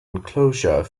enclosure